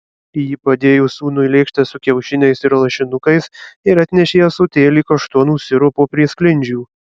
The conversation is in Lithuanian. ji padėjo sūnui lėkštę su kiaušiniais ir lašinukais ir atnešė ąsotėlį kaštonų sirupo prie sklindžių